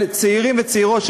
צעירים וצעירות,